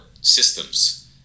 systems